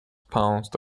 pounced